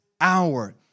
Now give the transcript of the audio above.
hour